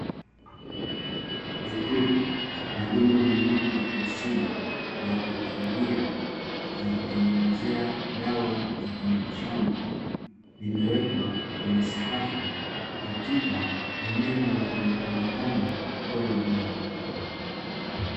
Vipuli na vyombo vingine vya kiasili vya kuhifadhia na kutengenezea dawa za kimitishamba, limewekwa kwenye sakafu katika eneo linaloonekana kuwa la mganga.